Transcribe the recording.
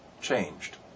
changed